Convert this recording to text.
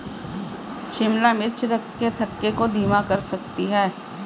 शिमला मिर्च रक्त के थक्के को धीमा कर सकती है